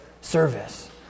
service